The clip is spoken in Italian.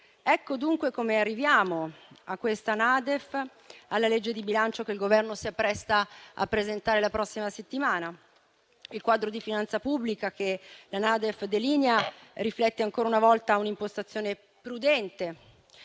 Ecco dunque come arriviamo a questa NADEF e alla legge di bilancio che il Governo si appresta a presentare la prossima settimana. Il quadro di finanza pubblica che la NADEF delinea riflette ancora una volta un'impostazione prudente,